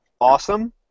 awesome